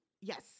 Yes